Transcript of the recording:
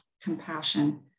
compassion